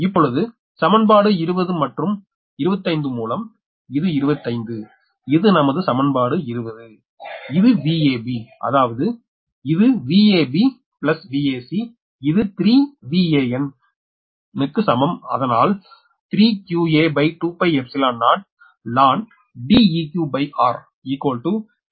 இப்பொழுது சமன்பாடு 20 மற்றும் 25 மூலம் இது 25 இது நமது சமன்பாடு 20 இது Vab அதாவது இது Vab Vac இது 3 Van க்கு சமம் அதனால் 3qa20 3 Van